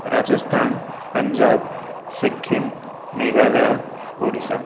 Rajasthan Punjab Sikkim Meghalaya Odisha